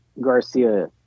Garcia